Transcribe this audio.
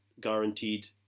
guaranteed